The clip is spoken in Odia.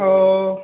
ହଉ